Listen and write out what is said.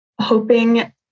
hoping